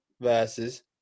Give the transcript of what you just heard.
versus